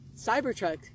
Cybertruck